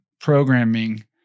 programming